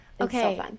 Okay